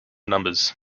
numbers